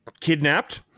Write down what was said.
kidnapped